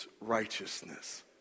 righteousness